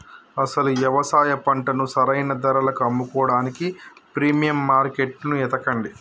అసలు యవసాయ పంటను సరైన ధరలకు అమ్ముకోడానికి ప్రీమియం మార్కేట్టును ఎతకండి